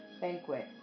banquet